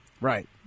right